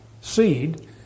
seed